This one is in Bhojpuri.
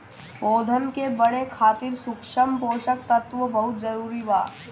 पौधन के बढ़े खातिर सूक्ष्म पोषक तत्व बहुत जरूरी बा